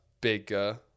bigger